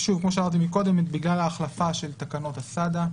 בגלל ההחלפה של תקנות הסד"א,